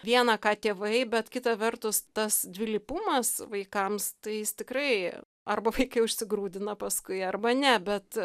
viena ką tėvai bet kita vertus tas dvilypumas vaikams tai jis tikrai arba vaikai užsigrūdina paskui arba ne bet